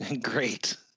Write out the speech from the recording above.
great